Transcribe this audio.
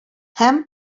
һәм